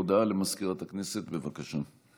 הודעה למזכירת הכנסת, בבקשה.